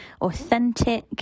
authentic